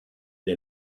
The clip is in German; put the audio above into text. den